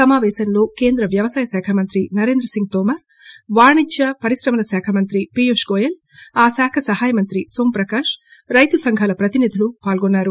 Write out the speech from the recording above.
సమాపేశంలో కేంద్ర వ్యవసాయ శాఖ మంత్ర నరేంద్ర సింగ్ తోమార్ వాణిజ్వ పరిశ్రమల శాఖ మంత్రి పీయూష్ గోయల్ ఆ శాఖ సహాయ మంత్రి నోం ప్రకాష్ రైతు సంఘాల ప్రతినిధులు పాల్గొన్నారు